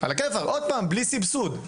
בלי סבסוד.